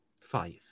Five